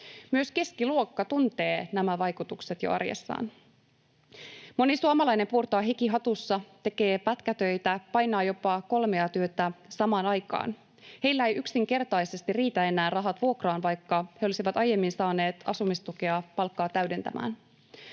Myös keskiluokka tuntee nämä vaikutukset jo arjessaan. Moni suomalainen puurtaa hiki hatussa, tekee pätkätöitä, painaa jopa kolmea työtä samaan aikaan. Heillä eivät yksinkertaisesti riitä enää rahat vuokraan, vaikka he olisivat aiemmin saaneet asumistukea palkkaa täydentämään.